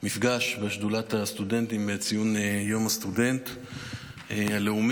במפגש בשדולת הסטודנטים לציון יום הסטודנט הלאומי.